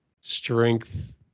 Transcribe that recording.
strength